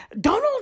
Donald